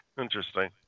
interesting